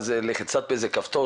אמיר שלום, בוקר טוב.